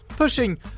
Pushing